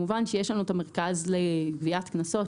כמובן שיש לנו את המרכז לגביית קנסות,